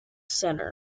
center